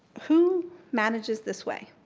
who manages this way?